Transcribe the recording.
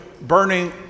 burning